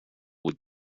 would